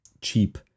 cheap